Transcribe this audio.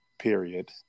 period